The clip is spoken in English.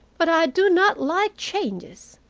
but i do not like changes.